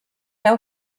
deu